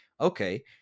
okay